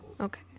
Okay